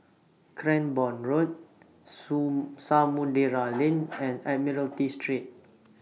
Cranborne Road Samudera Lane and Admiralty Street